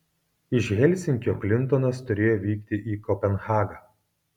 iš helsinkio klintonas turėjo vykti į kopenhagą